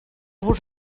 vos